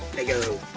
let go.